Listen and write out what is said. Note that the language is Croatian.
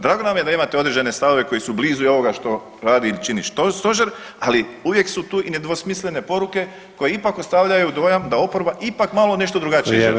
Drago nam je da imate određene stavove koji su blizu i ovoga što radi i čini stožer, ali uvijek su tu i nedvosmislene poruke koje ipak ostavljaju dojam da oporba ipak malo nešto drugačije